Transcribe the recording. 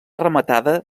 rematada